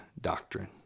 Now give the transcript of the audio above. doctrine